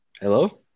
Hello